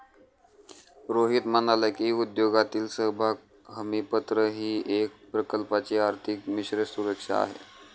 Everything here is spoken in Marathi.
रोहित म्हणाला की, उद्योगातील समभाग हमीपत्र ही एक प्रकारची आर्थिक मिश्र सुरक्षा आहे